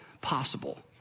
possible